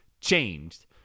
changed